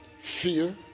fear